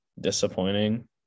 disappointing